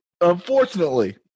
Unfortunately